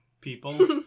people